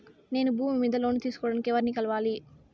నేను భూమి మీద లోను తీసుకోడానికి ఎవర్ని కలవాలి?